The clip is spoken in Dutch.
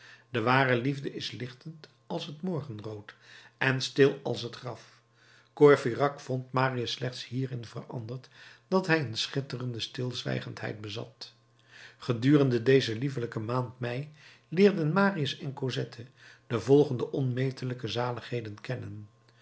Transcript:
de ware liefde is lichtend als het morgenrood en stil als het graf courfeyrac vond marius slechts hierin veranderd dat hij een schitterende stilzwijgendheid bezat gedurende deze liefelijke maand mei leerden marius en cosette de volgende onmetelijke zaligheden kennen